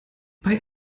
bei